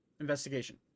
Investigation